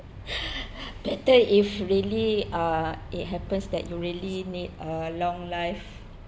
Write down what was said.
better if really uh it happens that you really need a long life